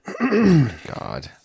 god